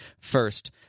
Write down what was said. first